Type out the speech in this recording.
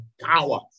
power